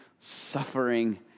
suffering